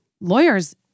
lawyers